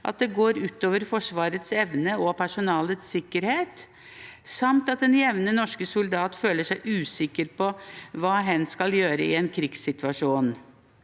at det går ut over Forsvarets evne og personalets sikkerhet, samt at den jevne norske soldat føler seg usikker på hva hen skal gjøre i en krigssituasjon.